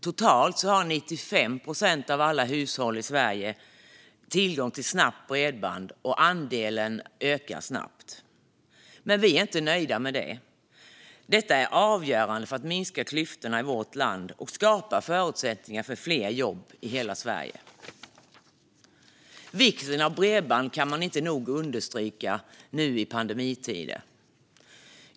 Totalt har 95 procent av hushållen i Sverige tillgång till snabbt bredband, och andelen ökar snabbt. Men vi är inte nöjda då detta är avgörande för att minska klyftorna i vårt land och skapa förutsättningar för fler jobb i hela Sverige. Vikten av bredband kan inte nog understrykas nu i pandemitider.